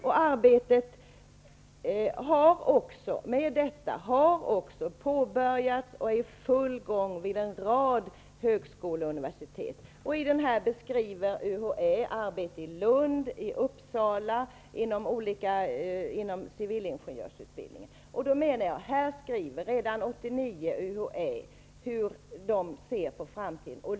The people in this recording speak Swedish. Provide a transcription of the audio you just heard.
Med detta har också arbetet påbörjats och det är i full gång vid en rad högskolor och universitet. UHÄ beskriver arbetet i Lund, i Uppsala och inom civilingenjörsutbildningen. Redan 1989 beskrev UHÄ hur man ser på framtiden.